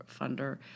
funder